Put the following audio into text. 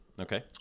Okay